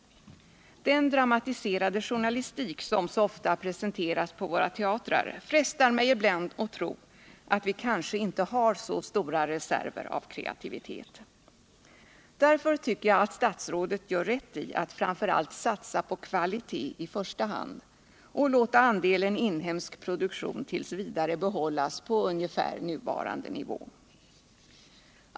Den dramatiserade journalistik som så ofta presenteras på våra teatrar frestar mig ibland att tro att vi kanske inte har så stora reserver av kreativitet. Därför tycker jag att statsrådet gör rätt i att framför allt satsa på kvalitet och låta andelen inhemsk produktion t. v. behållas på nuvarande nivå.